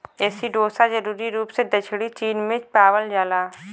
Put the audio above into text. एसिडोसा जरूरी रूप से दक्षिणी चीन में पावल जाला